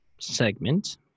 segment